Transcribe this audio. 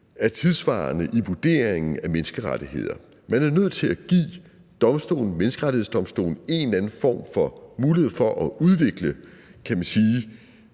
er tidssvarende i vurderingen af menneskerettigheder. Man er nødt til at give Menneskerettighedsdomstolen en eller anden form for mulighed for at udvikle